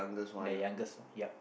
the youngest yup